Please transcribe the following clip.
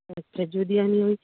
যদি আমি